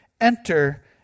enter